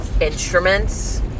instruments